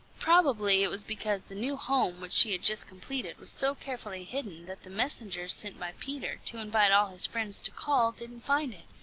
probably it was because the new home which she had just completed was so carefully hidden that the messengers sent by peter to invite all his friends to call didn't find it,